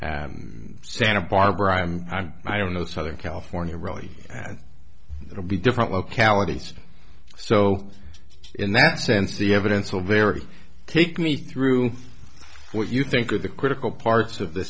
santa barbara i'm i don't know southern california really will be different localities so in that sense the evidence will vary take me through what you think are the critical parts of th